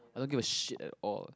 I don't give a shit at all